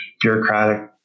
bureaucratic